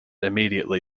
immediately